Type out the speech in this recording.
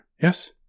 Yes